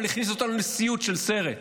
אבל הכניס אותנו לסיוט של סרט,